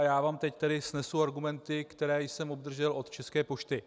Já vám tedy teď snesu argumenty, které jsem obdržel od České pošty.